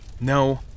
No